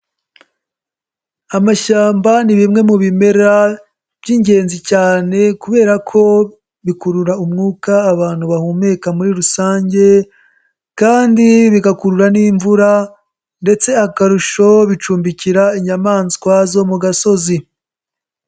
Amashyamba ni bimwe mu bimera by'ingenzi cyane kubera ko bikurura umwuka abantu bahumeka muri rusange kandi bigakurura n'imvura ndetse akarusho bicumbikira inyamaswa zo mu gasozi.